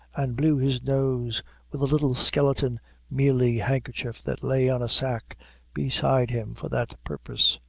and blew his nose with a little skeleton mealy handkerchief that lay on a sack beside him for that purpose.